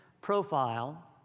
profile